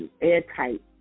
airtight